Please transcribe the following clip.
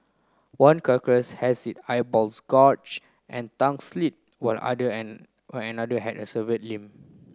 one carcass has it eyeballs gorged and tongue slit while another and while another had a severed limb